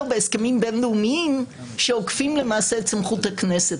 בהסכמים בין-לאומיים שלמעשה עוקפים את סמכות הכנסת.